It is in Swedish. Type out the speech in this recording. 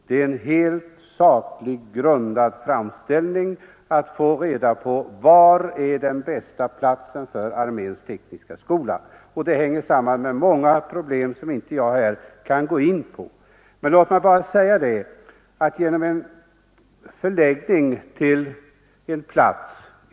Det är en helt sakligt grundad framställning att få reda på den bästa platsen för arméns tekniska skola, och det hänger samman med många problem som jag inte här kan gå in på.